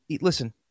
Listen